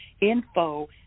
info